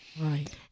Right